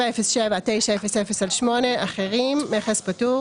707900/8---- אחרים - מדס פטור